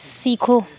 सीखो